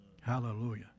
Hallelujah